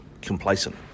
complacent